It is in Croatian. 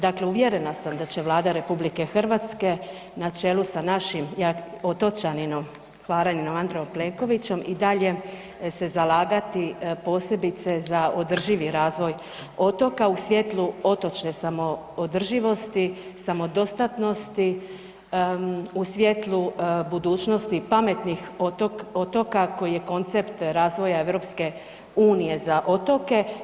Dakle, uvjerena sam da će Vlada RH na čelu sa našim otočaninom, Hvaraninom Andrejom Plenkovićem i dalje se zalagati, posebice za održivi razvoj otoka u svjetlu otočne samoodrživosti, samodostatnosti u svjetlu budućnosti pametnih otoka koji je koncept razvoja EU za otoke.